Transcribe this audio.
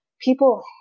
people